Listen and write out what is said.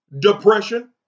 depression